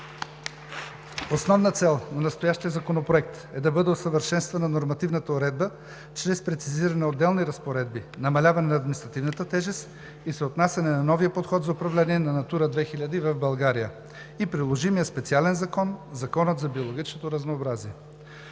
Основна цел на настоящия законопроект е да бъде усъвършенствана нормативната уредба чрез прецизиране на отделни разпоредби, намаляване на административната тежест и съотнасяне на новия подход за управление на „Натура 2000“ в България и приложимият специален закон – Законът за биологичното разнообразие.